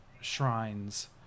shrines